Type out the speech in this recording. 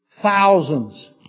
Thousands